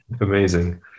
Amazing